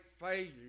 failure